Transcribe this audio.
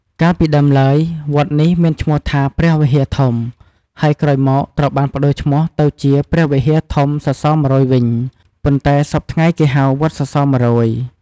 កាលពីដើមឡើយ វត្តនេះមានឈ្មោះថា ព្រះវិហារធំ ហើយក្រោយមកត្រូវបានប្តូរឈ្មោះទៅជាព្រះវិហារធំសសរ១០០វិញ ប៉ុន្តែសព្ធថ្ងៃគេហៅ វត្តសសរ១០០។